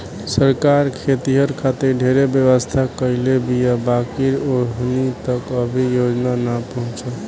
सरकार खेतिहर खातिर ढेरे व्यवस्था करले बीया बाकिर ओहनि तक अभी योजना ना पहुचल